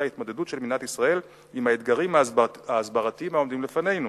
ההתמודדות של מדינת ישראל עם האתגרים ההסברתיים העומדים בפנינו